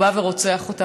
הוא בא ורוצח אותה.